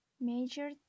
major